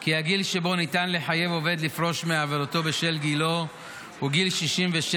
כי הגיל שבו ניתן לחייב עובד לפרוש מעבודתו בשל גילו הוא גיל 67,